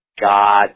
God